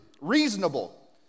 reasonable